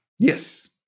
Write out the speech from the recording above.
Yes